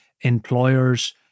employers